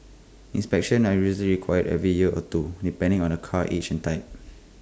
inspections are usually required every year or two depending on A car's age and type